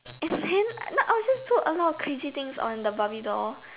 and then uh no I'll just do a lot of crazy things on the barbie doll